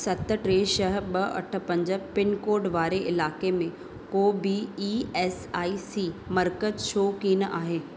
सत टे छह ॿ अठ पंज पिनकोड वारे इलाइक़े में को बि ई एस आई सी मर्कज़ छो कोन्ह आहे